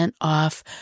off